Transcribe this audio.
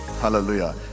Hallelujah